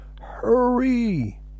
Hurry